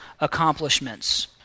accomplishments